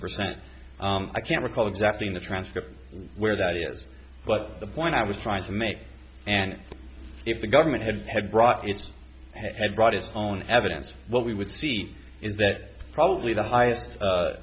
percent i can't recall exactly in the transcript where that is but the point i was trying to make and if the government had had brought it had brought his own evidence what we would see in that probably the highest